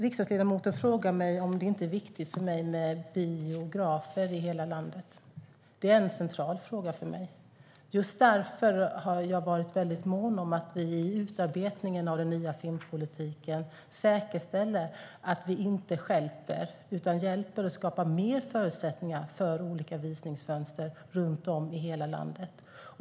Riksdagsledamoten frågar mig om det inte är viktigt för mig med biografer i hela landet. Det är en central fråga för mig. Just därför har jag varit mån om att vi i utarbetandet av den nya filmpolitiken säkerställer att vi inte stjälper, utan hjälper och skapar mer förutsättningar för olika visningsfönster runt om i hela landet.